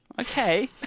Okay